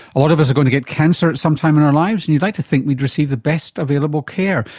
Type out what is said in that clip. a lot of us are going to get cancer at some time in our lives and you'd like to think we'd receive the best available care.